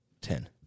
ten